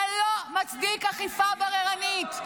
זה לא מצדיק אכיפה בררנית.